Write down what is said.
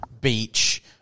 beach